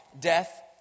death